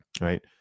right